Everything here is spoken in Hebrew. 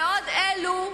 בעוד אלו,